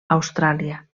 austràlia